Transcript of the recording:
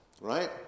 right